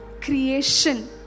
creation